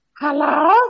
Hello